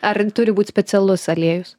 ar turi būt specialus aliejus